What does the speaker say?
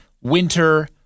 winter